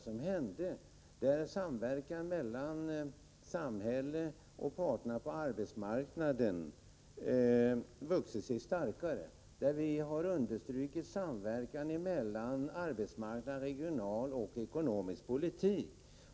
Samverkan mellan samhället och parterna på arbetsmarknaden har vuxit sig starkare. Vi har understrukit samverkan emellan arbetsmarknads-, regionaloch ekonomisk politik.